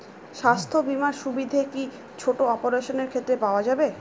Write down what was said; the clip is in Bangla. স্বাস্থ্য বীমার সুবিধে কি ছোট অপারেশনের ক্ষেত্রে পাওয়া যাবে?